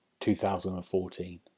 2014